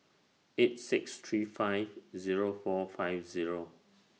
eight six three five Zero four five Zero